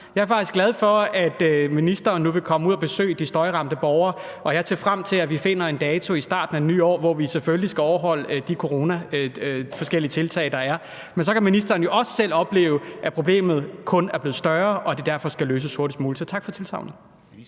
Jeg er faktisk glad for, at ministeren nu vil komme ud at besøge de støjramte borgere, og jeg ser frem til, at vi finder en dato i starten af det nye år, hvor vi selvfølgelig skal overholde de forskellige coronatiltag, der er. Så kan ministeren også selv opleve, at problemet kun er blevet større, og at det derfor skal løses hurtigst muligt. Så tak for tilsagnet.